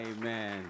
amen